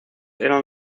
eran